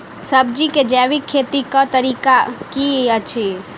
सब्जी केँ जैविक खेती कऽ तरीका की अछि?